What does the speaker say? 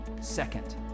Second